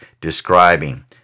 describing